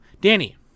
Danny